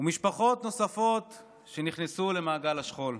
ומשפחות נוספות שנכנסו למעגל השכול.